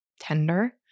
tender